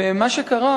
ומה שקרה,